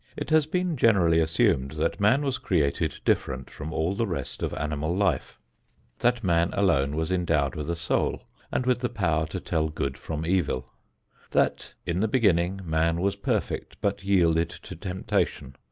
it has been generally assumed that man was created different from all the rest of animal life that man alone was endowed with a soul and with the power to tell good from evil that in the beginning man was perfect but yielded to temptation,